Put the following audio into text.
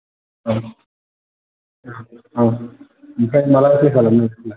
अ औ औ ओमफ्राय माब्ला एप्लाइ खालामनो नोंसोरलाय